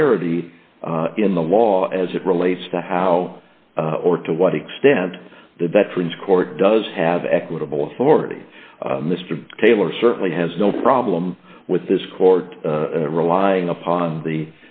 clarity in the law as it relates to how or to what extent the veterans court does have equitable authority mr taylor certainly has no problem with this court relying upon the